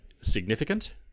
significant